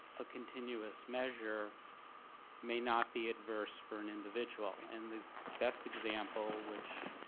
a continuous measure may not be adverse for an individual. and the best example, which